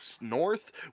north